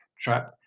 trap